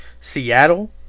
Seattle